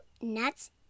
nuts